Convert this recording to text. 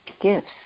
gifts